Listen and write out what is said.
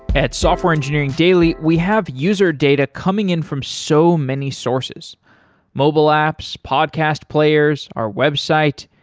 at software engineering daily, we have user data coming in from so many sources mobile apps, podcast players, our website,